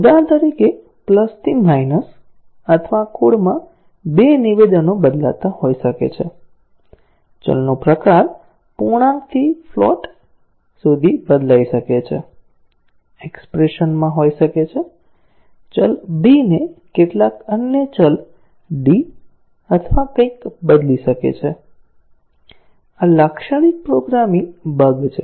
ઉદાહરણ તરીકે પ્લસ થી માઈનસ અથવા કોડમાં 2 નિવેદનો બદલાતા હોઈ શકે છે ચલનો પ્રકાર પૂર્ણાંકથી ફ્લોટ સુધી બદલી શકે છે એક્ષ્પ્રેશન માં હોઈ શકે છે ચલ b ને કેટલાક અન્ય ચલ d અથવા કંઈકમાં બદલી શકે છે આ લાક્ષણિક પ્રોગ્રામિંગ બગ છે